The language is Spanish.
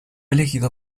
elegido